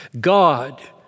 God